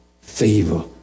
favor